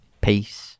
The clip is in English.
Peace